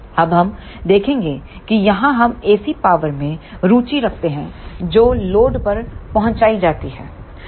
अब हम देखेंगे कि यहां हम AC पावर में रुचि रखते हैं जो लोड पर पहुंचाई जाती है